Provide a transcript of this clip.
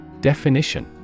Definition